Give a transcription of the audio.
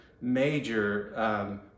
major